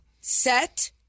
Set